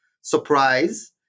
Surprise